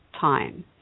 time